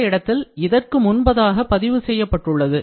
இந்த இடத்தில் இதற்கு முன்பதாக பதிவு செய்யப்பட்டுள்ளது